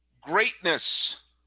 greatness